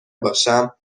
باشم